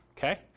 Okay